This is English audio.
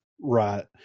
Right